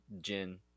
Jin